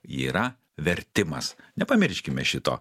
yra vertimas nepamirškime šito